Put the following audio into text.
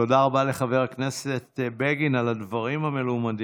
תודה רבה לחבר הכנסת בגין על הדברים המלומדים.